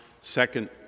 second